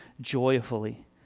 joyfully